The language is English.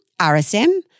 RSM